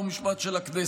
החוקה, חוק ומשפט של הכנסת,